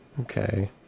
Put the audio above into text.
Okay